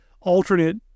alternate